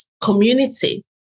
community